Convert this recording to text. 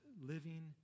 living